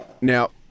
Now